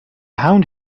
hound